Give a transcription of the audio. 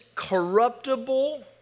corruptible